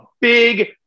big